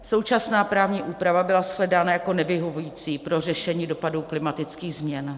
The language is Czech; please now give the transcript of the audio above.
Současná právní úprava byla shledána jako nevyhovující pro řešení dopadů klimatických změn.